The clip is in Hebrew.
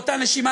באותה נשימה,